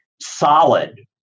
solid